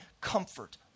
comfort